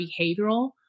behavioral